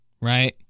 right